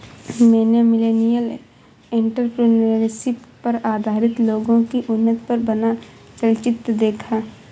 मैंने millennial entrepreneurship पर आधारित लोगो की उन्नति पर बना चलचित्र देखा